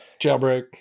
Jailbreak